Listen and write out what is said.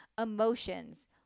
emotions